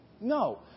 No